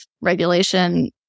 regulation